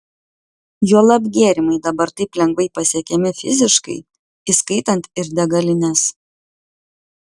juolab gėrimai dabar taip lengvai pasiekiami fiziškai įskaitant ir degalines